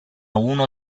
uno